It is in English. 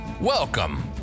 welcome